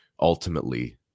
ultimately